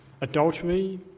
Adultery